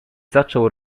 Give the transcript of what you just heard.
zaczął